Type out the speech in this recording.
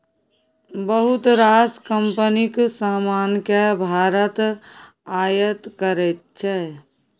बहुत रास कंपनीक समान केँ भारत आयात करै छै